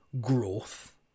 growth